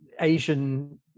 Asian